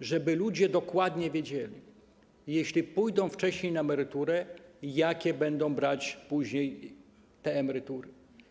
żeby ludzie dokładnie wiedzieli - jeśli pójdą wcześniej na emeryturę - jakie będą brać później emerytury.